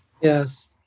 Yes